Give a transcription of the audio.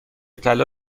طلا